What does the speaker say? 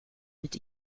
mit